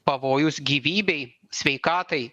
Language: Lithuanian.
pavojus gyvybei sveikatai